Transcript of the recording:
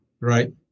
Right